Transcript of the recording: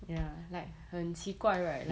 ya like 很奇怪 right